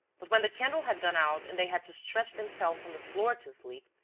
but, when the candle had gone out and they had to stretch themselves on the floor to sleep,